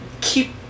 keep